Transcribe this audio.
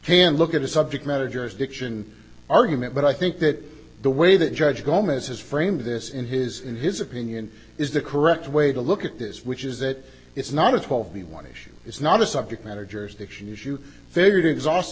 can look at a subject matter jurisdiction argument but i think that the way that judge gomez has framed this in his in his opinion is the correct way to look at this which is that it's not a twelve b one issue it's not a subject matter jurisdiction issue figured exhaust